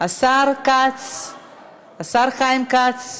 השר חיים כץ,